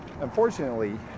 unfortunately